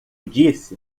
disse